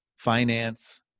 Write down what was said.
finance